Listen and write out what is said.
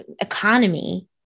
economy